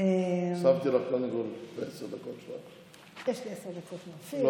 לי עשר דקות מאופיר,